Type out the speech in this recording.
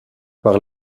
par